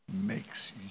makes